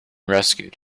rescued